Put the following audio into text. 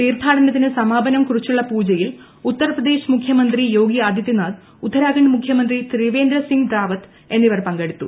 തീർത്ഥാടനത്തിന് സമാപനം കുറിച്ചുള്ള പൂജയിൽ ഉത്തർപ്രദേശ് മുഖ്യമന്ത്രി യോഗി ആദിത്യനാഥ് ഉത്തരാഖണ്ഡ് മുഖ്യമന്ത്രി ത്രിവ്യേന്ദ്രി സിംഗ് റാവത് എന്നിവർ പങ്കെടുത്തു